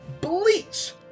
Bleach